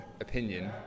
opinion